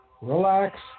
relax